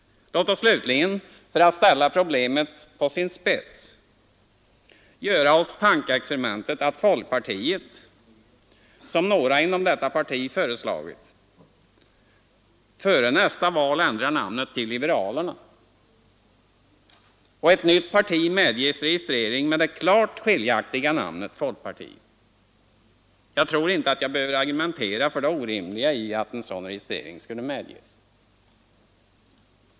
Låt oss slutligen, för att ställa problemen på sin spets, göra tankeexprimentet att folkpartiet — som några inom detta parti föreslagit — före nästa val ändrar namnet till ”Liberalerna” och ett nytt parti medges registrering under det klart skiljaktiga namnet ”Folkpartiet”. Jag tror inte att jag behöver argumentera för det orimliga i att en sådan registrering skulle medges.